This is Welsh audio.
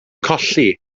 colli